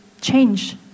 change